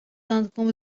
għandkom